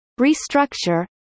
restructure